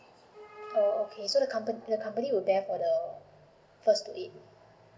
oh okay so the company the company will bear for the first two weeks